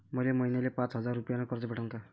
मले महिन्याले पाच हजार रुपयानं कर्ज भेटन का?